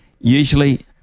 usually